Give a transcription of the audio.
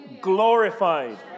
glorified